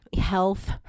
health